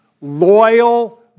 loyal